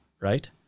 right